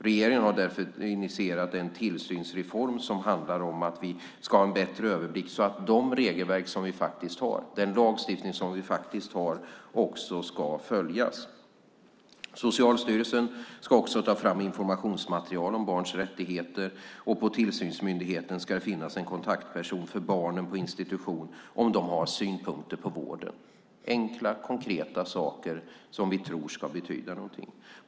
Regeringen har därför initierat en tillsynsreform som handlar om att få en bättre överblick så att de regelverk och den lagstiftning vi har också följs. Socialstyrelsen ska ta fram informationsmaterial om barns rättigheter, och på tillsynsmyndigheten ska det finnas en kontaktperson för barn på institution om de har synpunkter på vården - enkla, konkreta saker som vi tror ska betyda någonting.